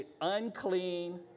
unclean